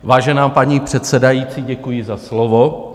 Vážená paní předsedající, děkuji za slovo.